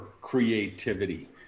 creativity